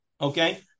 Okay